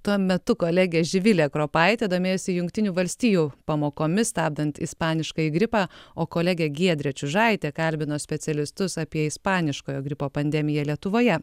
tuo metu kolegė živilė kropaitė domėjosi jungtinių valstijų pamokomis stabdant ispaniškąjį gripą o kolegė giedrė čiužaitė kalbino specialistus apie ispaniškojo gripo pandemiją lietuvoje